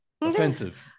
Offensive